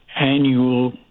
annual